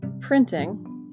printing